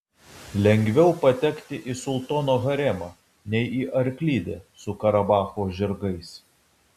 lengviau patekti į sultono haremą nei į arklidę su karabacho žirgais